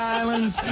islands